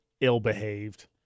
ill-behaved